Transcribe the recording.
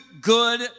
good